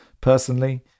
personally